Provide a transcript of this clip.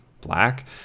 black